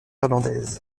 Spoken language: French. irlandaise